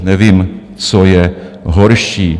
Nevím, co je horší.